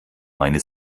meine